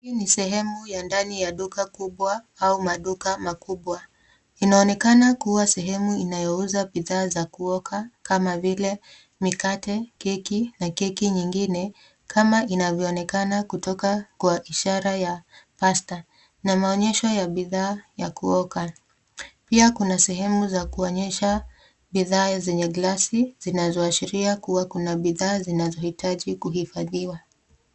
Hii ni sehemu ya ndani ya duka kubwa au maduka makubwa. Inaonekana kuwa sehemu inayouza bidhaa za kuoka kama vile, mikate, keki na keki nyingine kama inavyoonekana kutoka kwa ishara ya pasta na maonyesho ya bidhaa ya kuoka. Pia kuna sehemu ya kuonyesha bidhaa zenye gilasi zinazoashiria kuwa kuna bidhaa zinazohitaji kuhifadhiwa.